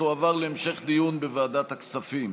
ותועבר להמשך דיון בוועדת הכספים.